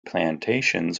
plantations